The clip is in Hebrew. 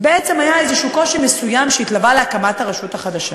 בעצם היה קושי מסוים שהתלווה להקמת הרשות החדשה.